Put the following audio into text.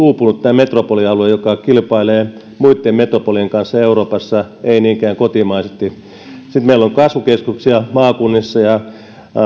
uupunut tämä metropolialue joka kilpailee muitten metropolien kanssa euroopassa ei niinkään kotimaisesti sitten meillä on kasvukeskuksia maakunnissa ja